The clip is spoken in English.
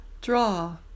Draw